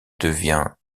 devient